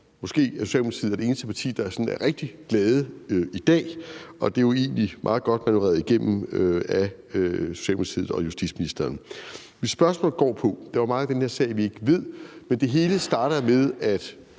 måske, Socialdemokratiet er det eneste parti, der sådan er rigtig glade i dag, og det er jo egentlig meget godt manøvreret igennem af Socialdemokratiet og justitsministeren. Mit spørgsmål går på, at der jo er meget i den her sag, vi ikke ved. Det hele starter med, at